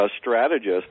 strategist